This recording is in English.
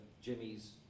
Jimmy's